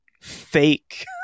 fake